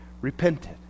repented